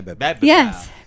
Yes